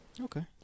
Okay